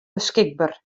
beskikber